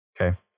Okay